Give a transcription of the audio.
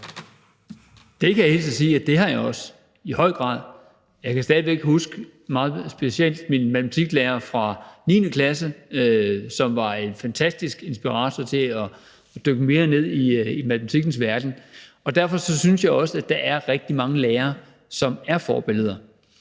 Det kan jeg hilse og sige at jeg også har – i høj grad. Jeg kan stadig væk huske meget specielt min matematiklærer fra 9. klasse, som var en fantastisk inspirator til at dykke mere ned i matematikkens verden, og derfor synes jeg også, at der er rigtig mange lærere, som er forbilleder.